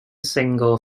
single